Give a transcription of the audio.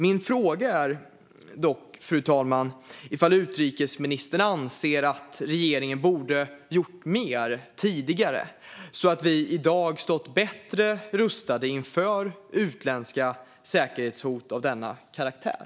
Min fråga är, fru talman, om utrikesministern anser att regeringen borde ha gjort mer tidigare så att vi i dag kunde ha stått bättre rustade inför utländska säkerhetshot av denna karaktär.